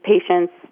patients